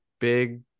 big